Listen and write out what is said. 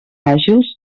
àgils